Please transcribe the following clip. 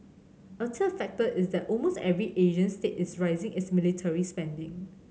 a third factor is that almost every Asian state is raising its military spending